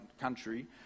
country